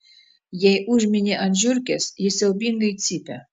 jei užmini ant žiurkės ji siaubingai cypia